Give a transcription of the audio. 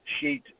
sheet